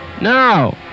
No